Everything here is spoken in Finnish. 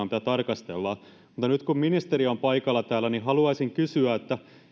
mitä tarkastellaan nyt kun ministeri on paikalla täällä niin haluaisin kysyä